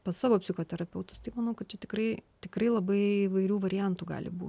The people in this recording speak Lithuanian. pas savo psichoterapeutus tai manau kad čia tikrai tikrai labai įvairių variantų gali būt